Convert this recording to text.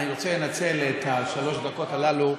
אבל אני רוצה לנצל את שלוש הדקות האלה.